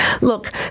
Look